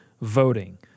voting